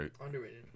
Underrated